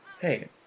Hey